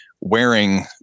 wearing